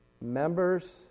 members